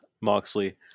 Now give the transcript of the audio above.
Moxley